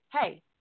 hey